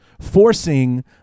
forcing